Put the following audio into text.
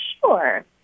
Sure